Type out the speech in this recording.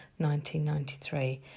1993